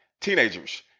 teenagers